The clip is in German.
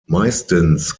meistens